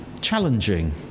challenging